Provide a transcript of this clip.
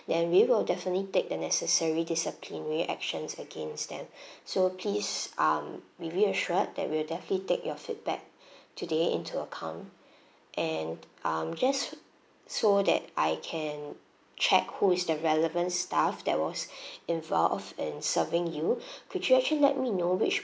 then we will definitely take the necessary disciplinary actions against them so please um be reassured that we'll definitely take your feedback today into account and um just so that I can check who is the relevant staff that was involved in serving you could you actually let me know which